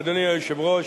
אדוני היושב-ראש,